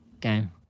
game